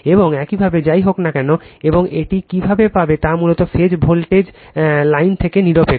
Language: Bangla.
এবং একইভাবে যাই হোক না কেন রেফার টাইম 1043 এবং এটি কীভাবে পাবে তা মূলত ফেজ ভোল্টেজ লাইন থেকে নিরপেক্ষ